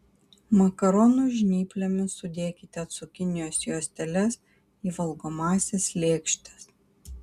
makaronų žnyplėmis sudėkite cukinijos juosteles į valgomąsias lėkštes